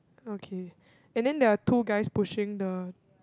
okay and then there are two guys pushing the